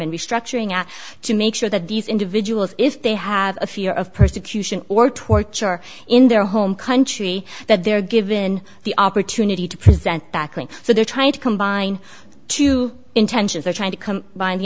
restructuring out to make sure that these individuals if they have a fear of persecution or torture in their home country that they're given the opportunity to present back so they're trying to combine two intentions or trying to come by the